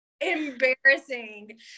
embarrassing